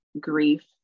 grief